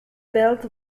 built